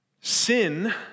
Sin